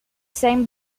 same